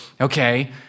Okay